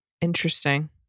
Interesting